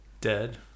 Dead